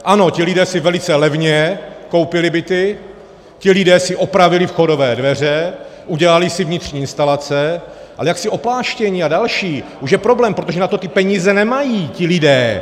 Ano, ti lidé si velice levně koupili byty, ti lidé si opravili vchodové dveře, udělali si vnitřní instalace, ale jaksi opláštění a další už je problém, protože na to ty peníze nemají ti lidé!